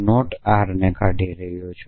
R ને કાઢી રહ્યો છું